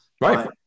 Right